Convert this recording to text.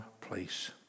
place